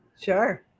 Sure